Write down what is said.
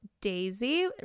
Daisy